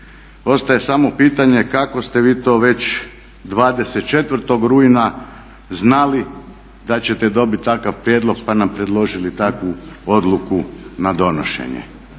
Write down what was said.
Ostaje samo pitanje kako ste vi to već 24. rujna znali da ćete dobit takav prijedlog pa nam predložili takvu odluku na donošenje.